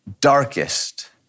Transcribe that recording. darkest